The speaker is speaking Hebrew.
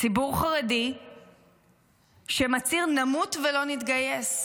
ציבור חרדי שמצהיר: נמות ולא נתגייס,